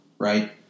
Right